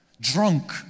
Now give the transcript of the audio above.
Drunk